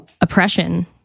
oppression